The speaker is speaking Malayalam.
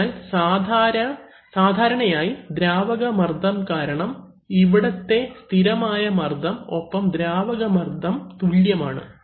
അതിനാൽ സാധാരണയായിദ്രാവക മർദ്ദം കാരണം ഇവിടത്തെ സ്ഥിരമായ മർദ്ദം ഒപ്പം ദ്രാവകമർദ്ദം തുല്യമാണ്